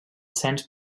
cens